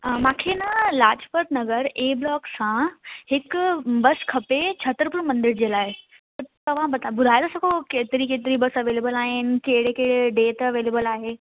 मूंखे न Lajpat Nagar A block सां हिकु बस खपे छत्तरपुर मंदर जे लाइ तव्हां बता ॿुधायो था सघो केतिरी केतिरी बस अवेलेबल आहिनि कहिड़े कहिड़े डे ते अवेलेबल आहे